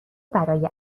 برای